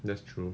that's true